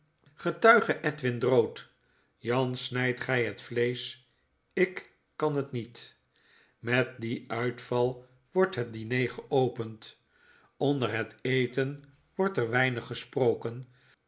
getuige edwin drood jan snyd gy het vleesch ik kan het niet met dien uitval wordt het diner geopend onder het eten wordt er weinig gesproken